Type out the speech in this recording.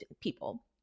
people